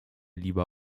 lieber